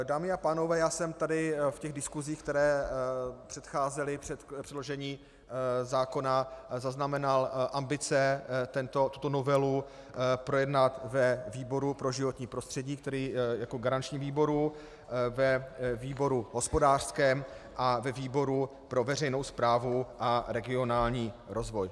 Dámy a pánové, já jsem tady v těch diskusích, které předcházely předložení zákona, zaznamenal ambice tuto novelu projednat ve výboru pro životní prostředí, tedy jako garančního výboru, ve výboru hospodářském a ve výboru pro veřejnou správu a regionální rozvoj.